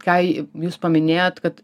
ką j jūs paminėjot kad